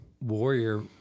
warrior